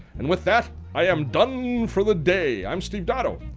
and with that, i am done for the day. i'm steve dotto.